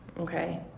Okay